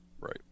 Right